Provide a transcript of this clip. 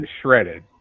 shredded